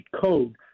code